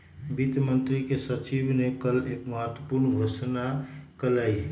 वित्त मंत्री के सचिव ने कल एक महत्वपूर्ण घोषणा कइलय